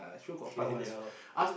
ya lor